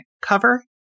cover